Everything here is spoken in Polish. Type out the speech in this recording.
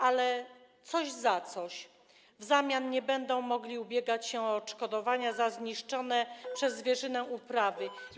Ale coś za coś - w zamian nie będą mogli ubiegać się o odszkodowania za zniszczone przez zwierzynę uprawy.